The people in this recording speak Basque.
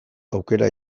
aukera